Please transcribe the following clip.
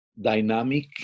dynamic